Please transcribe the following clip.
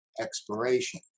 expiration